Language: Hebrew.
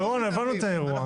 בסדר רון, הבנו את האירוע.